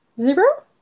Zero